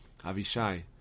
Avishai